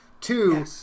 Two